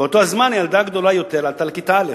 "באותו הזמן הילדה הגדולה יותר עלתה לכיתה א'.